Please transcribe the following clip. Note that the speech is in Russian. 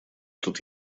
тут